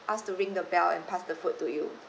us to ring the bell and pass the food to you